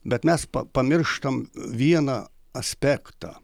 bet mes pamirštam vieną aspektą